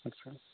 আচ্ছা